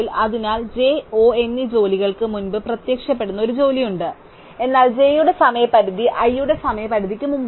അതിനാൽ j O എന്നീ ജോലികൾക്ക് മുമ്പ് പ്രത്യക്ഷപ്പെടുന്ന ഒരു ജോലിയുണ്ട് എന്നാൽ j യുടെ സമയപരിധി i യുടെ സമയപരിധിക്ക് മുമ്പാണ്